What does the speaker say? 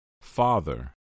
father